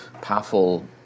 powerful